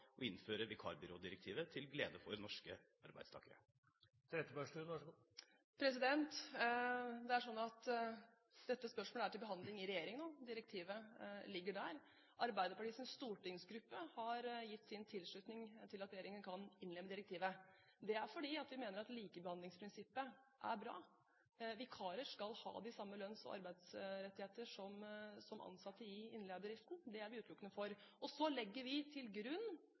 innføre vikarbyrådirektivet, til glede for norske arbeidstakere? Dette spørsmålet er til behandling i regjeringen. Direktivet ligger der. Arbeiderpartiets stortingsgruppe har gitt sin tilslutning til at regjeringen kan innlemme direktivet. Det er fordi vi mener at likebehandlingsprinsippet er bra. Vikarer skal ha de samme lønns- og arbeidsrettigheter som ansatte i innleiebedriften. Det er vi utelukkende for. Vi legger til grunn